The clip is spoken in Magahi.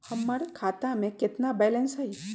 हमर खाता में केतना बैलेंस हई?